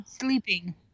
sleeping